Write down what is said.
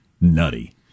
nutty